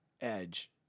edge